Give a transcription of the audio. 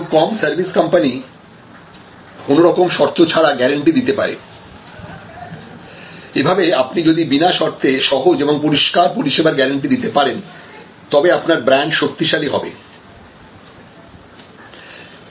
খুব কম service company কোন রকম শর্ত ছাড়া গ্যারান্টি দিতে পারে এভাবে আপনি যদি বিনা শর্তে সহজ এবং পরিষ্কার পরিষেবার গ্যারান্টি দিতে পারেন তবে আপনার ব্র্যান্ড শক্তিশালী হবে